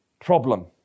problem